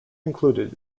included